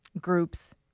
groups